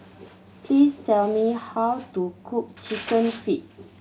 please tell me how to cook Chicken Feet